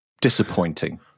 disappointing